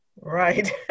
Right